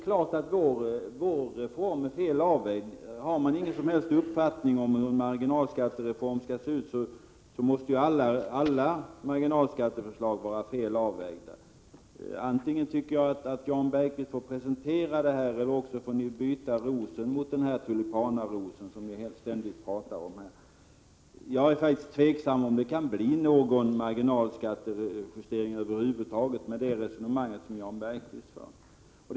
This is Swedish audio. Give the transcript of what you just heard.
Har man ingen uppfattning om hur en marginalskattereform skall vara utformad, då måste man ju tycka att alla marginalskatteförslag är fel avvägda. Antingen får Jan Bergqvist presentera ett förslag eller också får han byta rosen mot den tulipanaros som ni socialdemokrater ständigt pratar om. Jag är tveksam till om det över huvud taget kan bli en marginalskattejustering med det resonemang som Jan Bergqvist för.